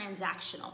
transactional